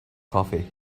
coffee